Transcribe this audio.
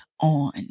on